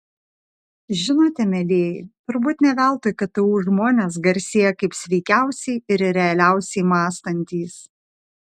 žinote mielieji turbūt ne veltui ktu žmonės garsėja kaip sveikiausiai ir realiausiai mąstantys